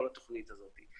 כל התוכנית הזאת.